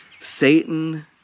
Satan